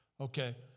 Okay